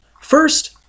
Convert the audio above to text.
First